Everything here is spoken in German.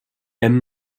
und